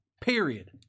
Period